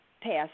passed